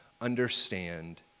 understand